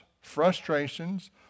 frustrations